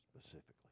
specifically